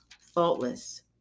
faultless